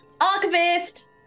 Archivist